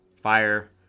fire